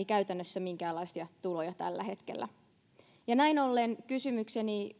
käytännössä minkäänlaisia tuloja tällä hetkellä näin ollen kysymykseni